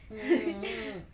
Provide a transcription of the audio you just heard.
mmhmm